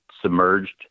submerged